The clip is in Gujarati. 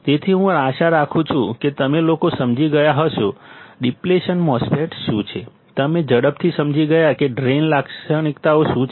તેથી હું આશા રાખું છું કે તમે લોકો સમજી ગયા હશો ડીપ્લેશન MOSFET શું છે તમે ઝડપથી સમજી ગયા કે ડ્રેઇન લાક્ષણિકતાઓ શું છે